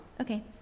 Okay